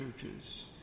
churches